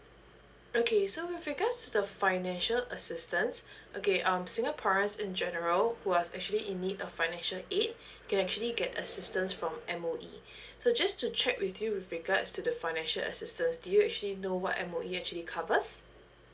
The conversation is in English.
okay so with regards to the financial assistance okay um singaporeans in general who are actually in need of financial aid can actually get assistance from M_O_E so just to check with you with regards to the financial assistance do you actually know what M_O_E actually covers